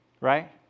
Right